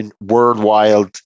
worldwide